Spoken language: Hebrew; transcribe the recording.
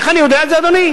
איך אני יודע את זה, אדוני?